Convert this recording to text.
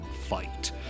fight